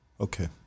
Okay